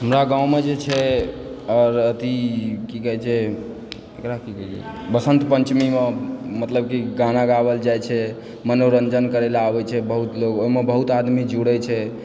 हमरा गाँवमे जे छै आओर अथी की कहै छै एकरा की कहै छै बसन्त पञ्चमीमे मतलब कि गाना गावल जाइ छै मनोरञ्जन करै लए आबै छै बहुत लोग ओहिमे बहुत आदमी जुड़ै छै